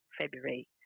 February